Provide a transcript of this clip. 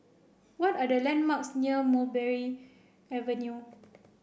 what are the landmarks near Mulberry Avenue